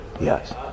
Yes